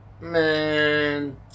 man